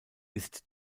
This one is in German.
ist